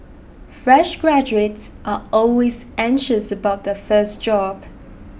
fresh graduates are always anxious about their first job